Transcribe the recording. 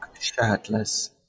shirtless